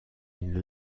une